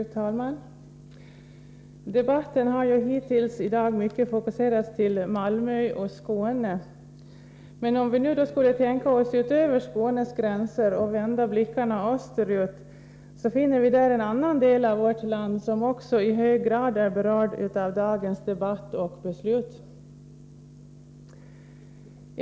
Fru talman! Debatten i dag har ju hittills i mycket fokuserats till Malmö och Skåne. Men låt oss nu vända blicken österut, från Skåne till en annan del av vårt land vilken är berörd av dagens debatt och beslut.